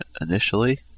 initially